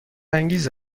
انگیز